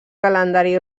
calendari